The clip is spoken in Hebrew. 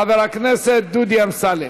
חבר הכנסת דודי אמסלם.